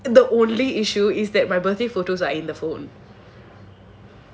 the only issue is that my birthday photos are in the phone